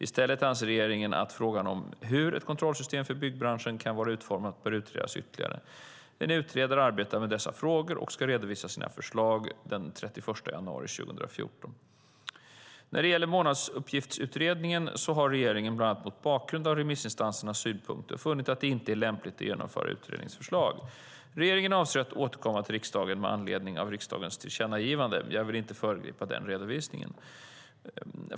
I stället anser regeringen att frågan om hur ett kontrollsystem för byggbranschen kan vara utformat behöver utredas ytterligare. En utredare arbetar med dessa frågor och ska redovisa sina förslag den 31 januari 2014. När det gäller Månadsuppgiftsutredningens förslag, har regeringen, bland annat mot bakgrund av remissinstansernas synpunkter, funnit att det inte är lämpligt att genomföra utredningens förslag. Regeringen avser att återkomma till riksdagen med anledning av riksdagens tillkännagivande. Jag vill inte föregripa den redovisningen.